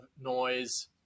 noise